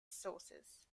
sources